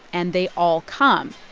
and they all come.